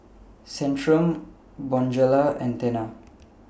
Centrum Bonjela and Tena